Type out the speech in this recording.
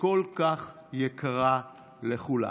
שכל כך יקרה לכולנו.